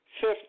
fifth